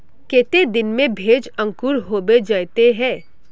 केते दिन में भेज अंकूर होबे जयते है?